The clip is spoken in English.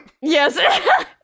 Yes